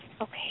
Okay